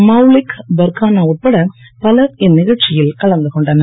மௌலிக் பெர்கானா உட்பட பலர் இந்நிகழ்ச்சியில் கலந்து கொண்டனர்